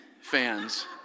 fans